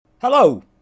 Hello